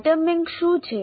item bank શું છે